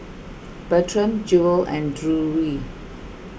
Bertram Jewell and Drury